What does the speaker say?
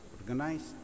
organized